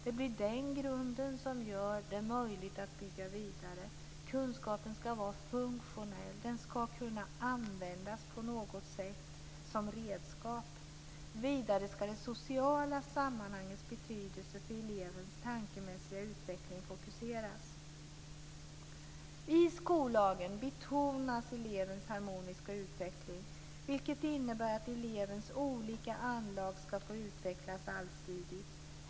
Det blir den grunden som gör det möjligt att bygga vidare. Kunskapen ska vara funktionell. Den ska kunna användas på något sätt som redskap. Vidare ska det sociala sammanhangets betydelse för elevens tankemässiga utveckling fokuseras. I skollagen betonas elevens harmoniska utveckling, vilket innebär att elevernas olika anlag ska få utvecklas allsidigt.